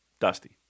Dusty